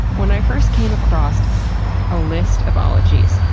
when i first came across a list of ologies,